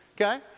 okay